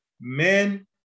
Men